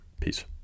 Peace